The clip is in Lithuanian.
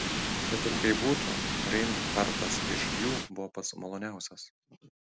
kad ir kaip būtų reinhartas iš jų buvo pats maloniausias